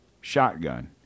shotgun